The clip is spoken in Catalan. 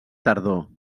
tardor